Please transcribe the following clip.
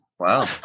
Wow